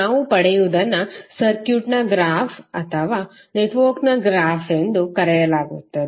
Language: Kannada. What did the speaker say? ನಾವು ಪಡೆಯುವುದನ್ನು ಸರ್ಕ್ಯೂಟ್ನ ಗ್ರಾಫ್ ಅಥವಾ ನೆಟ್ವರ್ಕ್ನ ಗ್ರಾಫ್ ಎಂದು ಕರೆಯಲಾಗುತ್ತದೆ